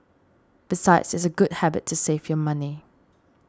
besides it's a good habit to save your money